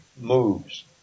moves